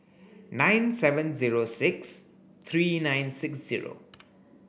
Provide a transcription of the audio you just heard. nine seven zero six three nine six zero